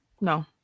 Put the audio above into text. no